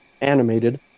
animated